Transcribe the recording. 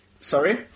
Sorry